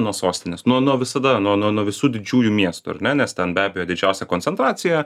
nuo sostinės nuo nuo visada nuo nuo nuo visų didžiųjų miestų ar ne nes ten be abejo didžiausia koncentracija